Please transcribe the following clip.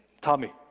Tommy